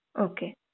Okay